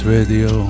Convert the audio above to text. Radio